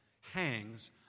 hangs